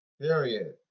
Period